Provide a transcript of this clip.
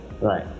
Right